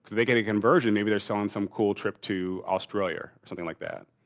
they get a conversion. maybe they're selling some cool trip to australia or something like that.